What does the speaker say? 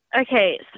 Okay